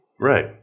Right